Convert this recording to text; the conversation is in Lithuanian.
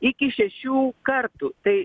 iki šešių kartų tai